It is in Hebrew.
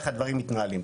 איך הדברים מתנהלים.